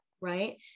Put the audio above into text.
Right